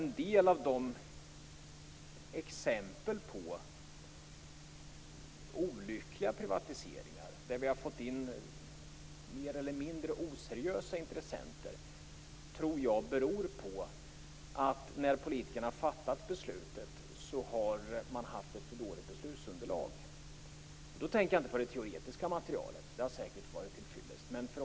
En del av de exempel på olyckliga privatiseringar där vi har fått in mer eller mindre oseriösa intressenter tror jag beror på att politikerna har haft ett för dåligt beslutsunderlag när de har fattat beslutet. Då tänker jag inte på det teoretiska materialet. Det har säkert varit till fyllest.